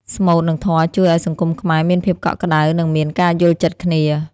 ស្មូត និងធម៌ជួយឱ្យសង្គមខ្មែរមានភាពកក់ក្ដៅ និងមានការយល់ចិត្តគ្នា។